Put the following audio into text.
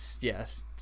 yes